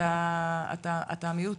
אתה המיעוט,